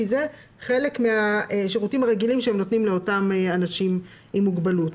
כי זה חלק מן השירותים הרגילים שהן נותנות לאנשים עם מוגבלות.